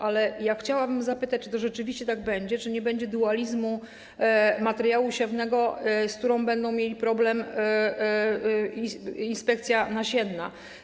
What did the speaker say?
Ale ja chciałabym zapytać, czy to rzeczywiście tak będzie, czy nie będzie dualizmu materiału siewnego, z którym będzie miała problem inspekcja nasienna.